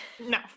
No